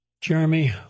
Jeremy